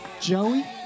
Joey